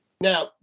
now